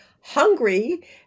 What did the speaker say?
hungry